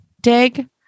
dig